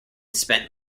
spent